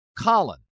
colin